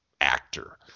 actor